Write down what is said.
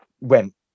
went